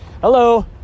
Hello